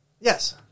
Yes